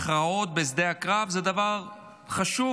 הכרעות בשדה הקרב זה דבר חשוב